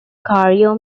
cairo